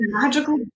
magical